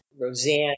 Roseanne